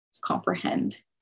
comprehend